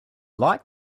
like